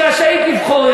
היא רשאית לבחור,